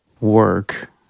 work